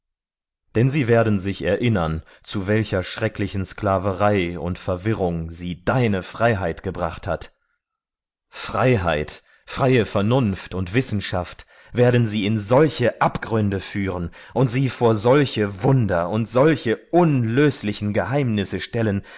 denn sie werden es nie vergessen zu welchen schrecknissen der knechtschaft und erniedrigung deine freiheit sie geführt hat die freiheit der freie geist die freie wissenschaft werden sie vor solche abgründe bringen und vor solche wunder und unenthüllbare geheimnisse stellen